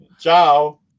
Ciao